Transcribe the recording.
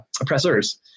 oppressors